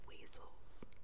Weasels